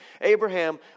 Abraham